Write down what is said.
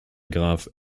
graf